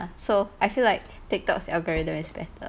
so I feel like TikTok's algorithm is better